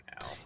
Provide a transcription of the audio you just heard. now